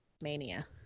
Mania